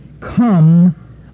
come